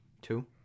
Two